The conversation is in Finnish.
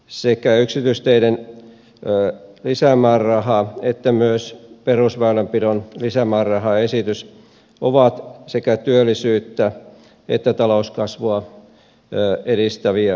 sekä yksityisteiden lisämääräraha että myös perusväylänpidon lisämää rärahaesitys ovat sekä työllisyyttä että talouskasvua edistäviä tekijöitä